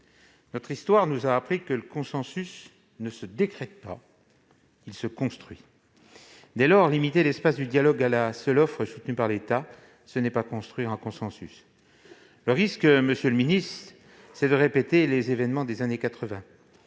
Notre histoire nous a appris que le consensus ne se décrète pas : il se construit. Dès lors, limiter l'espace du dialogue à la seule offre soutenue par l'État, ce n'est pas construire un consensus. Le risque est de répéter les événements des années 1980.